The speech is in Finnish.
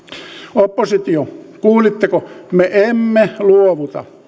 oppositio kuulitteko me emme luovuta